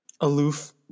aloof